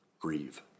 grieve